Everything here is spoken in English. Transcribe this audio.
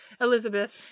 Elizabeth